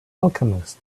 alchemist